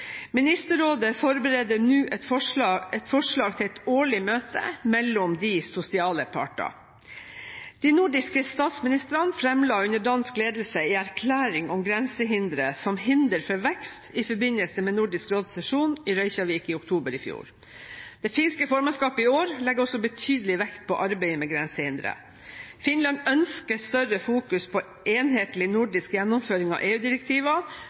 Ministerrådet forbereder nå et forslag til et årlig møte mellom de sosiale parter. De nordiske statsministrene fremla under dansk ledelse en erklæring om grensehindre som hindre for vekst i forbindelse med Nordisk råds sesjon i Reykjavik i oktober i fjor. Det finske formannskapet i år legger også betydelig vekt på arbeidet med grensehindre. Finland ønsker større fokus på enhetlig nordisk gjennomføring av